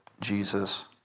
Jesus